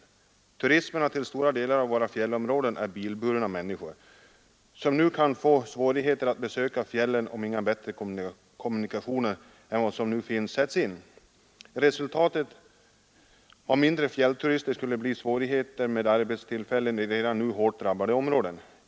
De turister som kommer till stora delar av våra fjällområden är bilburna människor, som kan få svårt att besöka fjällen om inga kommunikationer utöver dem som nu finns sätts in. Resultatet av en minskad fjällturism skulle bli svårigheter med arbetstillfällena i redan nu hårt drabbade områden.